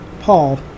Paul